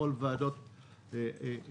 לכל ועדות הכנסת.